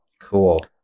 Cool